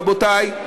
רבותי,